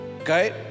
Okay